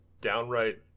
downright